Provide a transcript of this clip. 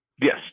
Yes